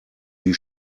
die